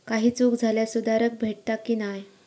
काही चूक झाल्यास सुधारक भेटता की नाय?